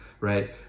right